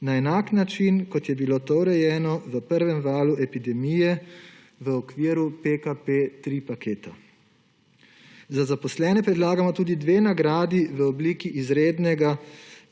na enak način, kot je bilo to urejeno v prvem valu epidemije v okviru PKP 3 paketa. Za zaposlene predlagamo tudi dve nagradi v obliki izrednega